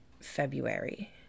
February